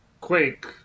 Quake